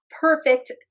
perfect